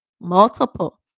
multiple